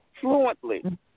fluently